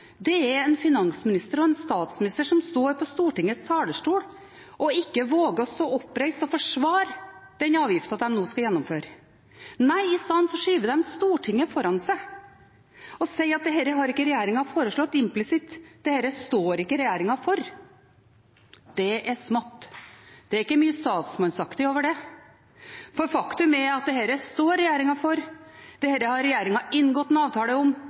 regjeringen, er en finansminister og en statsminister som står på Stortingets talerstol og ikke våger å stå oppreist og forsvare den avgiften de nå skal gjennomføre. Nei, i stedet skyver de Stortinget foran seg og sier at dette har ikke regjeringen foreslått. Implisitt: Dette står ikke regjeringen for. Det er smått. Det er ikke mye statsmannsaktig over det. Faktum er at dette står regjeringen for, dette har regjeringen inngått en avtale om,